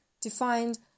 defined